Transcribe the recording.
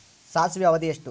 ಸಾಸಿವೆಯ ಅವಧಿ ಎಷ್ಟು?